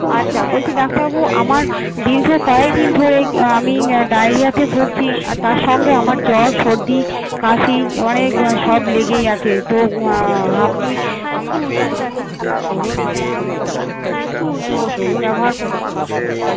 আচ্ছা বলছি ডাক্তারবাবু আমার দীর্ঘ কয়েকদিন ধরেই আমি ডাইরিয়াতে ভুগছি আর তার সঙ্গে আমার জ্বর সর্দি কাশি অনেক সব লেগেই আছে তো আপনি আমাকে একটু বলুন এটার জন্য কি আমি মেডিসিনের ওষুধ ব্যবহার করবো